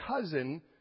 cousin